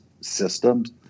systems